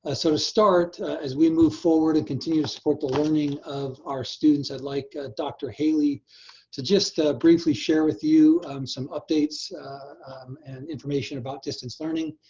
ah sort of start as we move forward and continue to support the learning of our students, i'd like dr. haley to just briefly share with you some updates and information about distance learning.